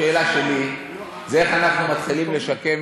השאלה שלי היא איך אנחנו מתחילים לשקם